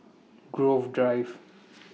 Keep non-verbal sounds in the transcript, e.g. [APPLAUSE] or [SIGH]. [NOISE] Grove Drive [NOISE]